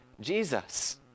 Jesus